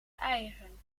eieren